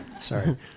Sorry